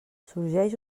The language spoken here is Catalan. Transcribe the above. sorgeix